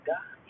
God